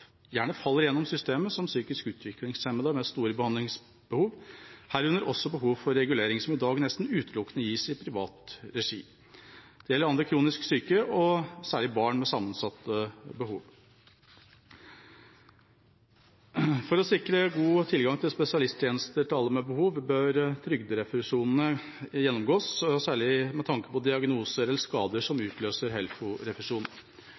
gjerne faller igjennom systemet, som psykisk utviklingshemmede med store behandlingsbehov, herunder også behov for regulering, som i dag nesten utelukkende gis i privat regi. Det gjelder også andre kronisk syke og særlig barn med sammensatte behov. For å sikre god tilgang til spesialisttjenester til alle med behov bør trygderefusjonene gjennomgås, særlig med tanke på diagnoser eller skader som utløser